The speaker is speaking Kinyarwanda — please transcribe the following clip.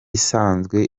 isanzwe